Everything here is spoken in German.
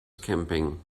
camping